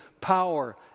power